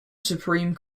supreme